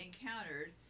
encountered